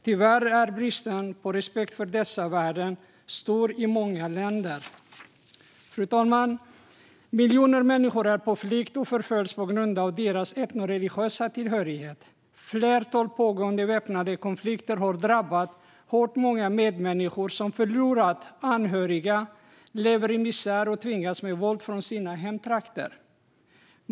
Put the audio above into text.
Tyvärr är bristen på respekt för dessa värden stor i många länder. Fru talman! Miljoner människor är på flykt och förföljs på grund av sin etnoreligiösa tillhörighet. Ett flertal pågående väpnade konflikter har drabbat många medmänniskor hårt. De har förlorat anhöriga, lever i misär och har med våld tvingats från sina hemtrakter.